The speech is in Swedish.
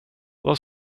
vad